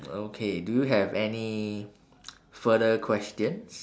okay do you have any further questions